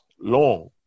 long